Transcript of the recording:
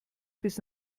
bis